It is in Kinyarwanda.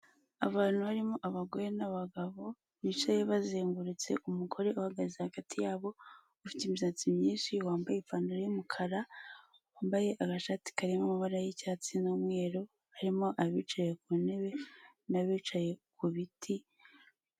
Iri ku murongo y'amagorofa asize amarangi y'umweru n'umuhondo asakaje amabati y'umutuku imbere hari igiti kirekire kirimo insinga zikwirakwiza umuriro w'amashanyarazi.